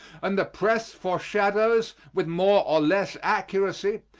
and the press foreshadows, with more or less accuracy,